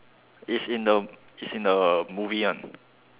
it's in the it's in the movie [one]